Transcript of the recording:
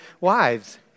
wives